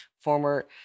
former